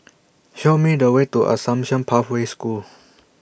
Show Me The Way to Assumption Pathway School